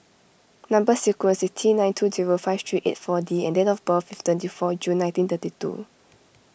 Number Sequence is T nine two zero five three eight four D and date of birth is twenty four June nineteen thirty two